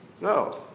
no